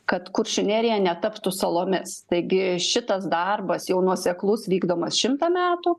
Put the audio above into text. kad kuršių nerija netaptų salomis taigi šitas darbas jau nuoseklus vykdomas šimtą metų